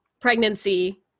pregnancy